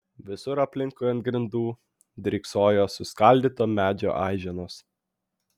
visur aplinkui ant grindų dryksojo suskaldyto medžio aiženos